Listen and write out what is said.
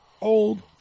Old